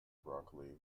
broccoli